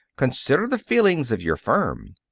consider the feelings of your firm!